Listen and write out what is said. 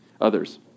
others